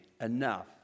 enough